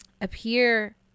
appear